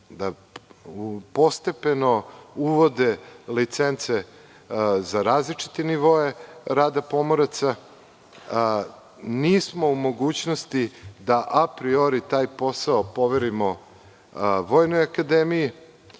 da postepeno uvode licence za različite nivoe rada pomoraca. Nismo u mogućnosti da apriori taj posao poverimo Vojnoj akademiji,